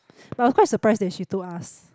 but I was quite surprise that she told us